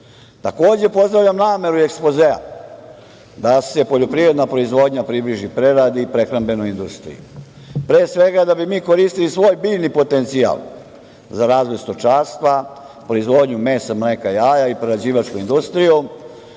Takođe, pozdravljam nameru ekspozea da se poljoprivredna proizvodnja približi preradi i prehrambenoj industriji, pre svega da bismo mi koristili svoj biljni potencijal za razvoj stočarstva, proizvodnju mesa, mleka i jaja i prerađivačku industriju. Da